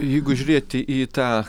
jeigu žiūrėti į tą